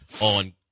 on